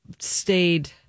stayed